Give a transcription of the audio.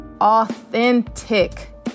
Authentic